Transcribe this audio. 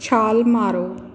ਛਾਲ ਮਾਰੋ